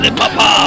papa